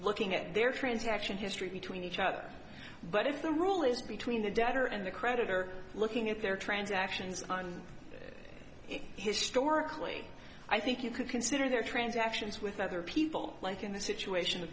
looking at their transaction history between each other but if the rule is between the debtor and the creditor looking at their transactions on it historically i think you could consider their transactions with other people like in the situation